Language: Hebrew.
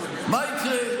מה יקרה?